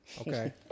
Okay